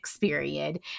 period